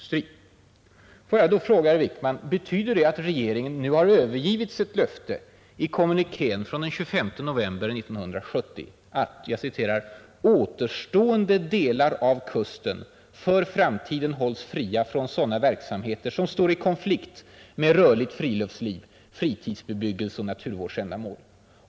Får jag då fråga herr Wickman: Betyder det att regeringen nu har övergivit sitt löfte i kommunikén från den 25 november 1970 att ”återstående delar av kusten för framtiden hålls fria från sådana verksamheter som står i konflikt med rörligt friluftsliv, fritidsbebyggelse och naturvårdsändamål”?